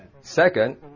Second